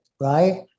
right